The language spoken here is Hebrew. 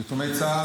החוק של יתומי צה"ל?